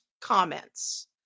comments